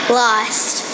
lost